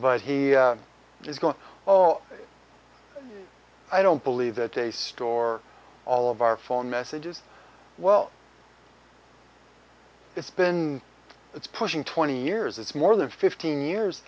but he is going well i don't believe that a store all of our phone messages well it's been it's pushing twenty years it's more than fifteen years